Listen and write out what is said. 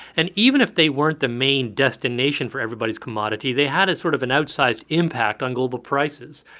and even if they weren't the main destination for everybody's commodity, they had sort of an outsized impact on global prices.